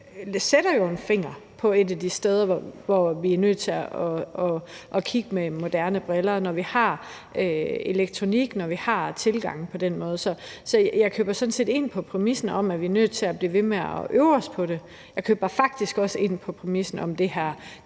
sætter jo en finger på et af de steder, som vi er nødt til at kigge på med moderne briller, når vi har elektronik, og når vi har tilgange på den måde. Så jeg køber sådan set ind på præmissen om, at vi er nødt til at blive ved med at øve os på det. Jeg køber faktisk også ind på præmissen om det her